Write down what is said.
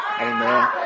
amen